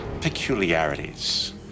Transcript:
peculiarities